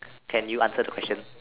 can you answer the question